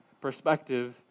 perspective